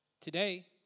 Today